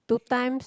two times